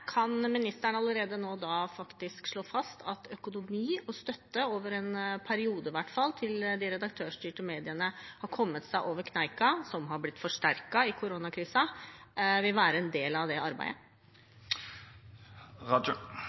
Kan ministeren allerede nå slå fast at økonomi og støtte vil være en del av det arbeidet – i hvert fall over en periode, til de redaktørstyrte mediene har kommet seg over kneika, som er blitt forsterket i